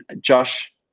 josh